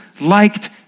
liked